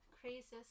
Craziest